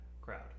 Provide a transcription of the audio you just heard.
crowd